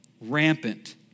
rampant